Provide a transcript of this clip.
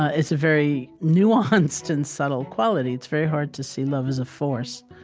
ah it's a very nuanced and subtle quality. it's very hard to see love as a force,